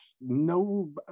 No